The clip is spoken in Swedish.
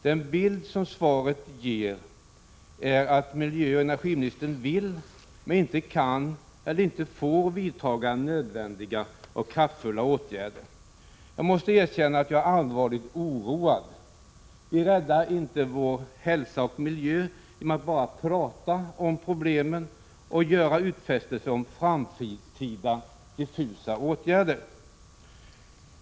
Den bild som svaret ger är att miljöoch energiministern vill men inte kan eller inte får vidta nödvändiga och kraftfulla åtgärder. Jag måste erkänna att jag är allvarligt oroad. Vi räddar inte vår hälsa och miljö genom att bara tala om problemen och göra utfästelser om framtida, diffusa åtgärder.